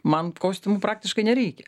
man kostiumų praktiškai nereikia